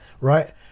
Right